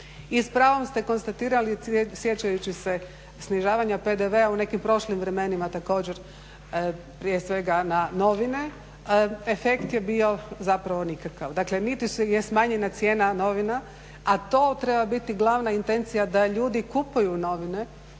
I s pravom ste konstatirali sjećajući se snižavanja PDV-a u nekim prošlim vremenima također prije svega na novine. Efekt je bio zapravo nikakav. Dakle, niti je smanjena cijena novina, a to treba biti glavna intencija da ljudi kupuju novine,